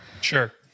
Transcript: Sure